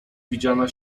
widziana